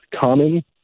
common